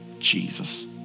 Jesus